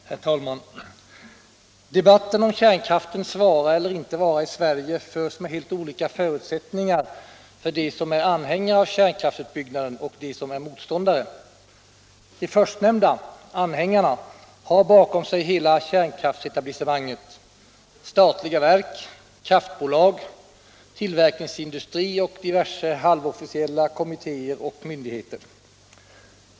Herr talman! Debatten om kärnkraftens vara eller icke vara i Sverige förs med helt olika förutsättningar av dem som är anhängare av kärnkraftsutbyggnaden och av dem som är motståndare. De förstnämnda har bakom sig hela kärnkraftsetablissemanget: statliga verk, kraftbolag, tillverkningsindustri och diverse halvofficiella kommittéer och myndigheter.